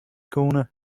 corner